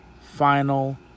final